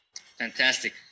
Fantastic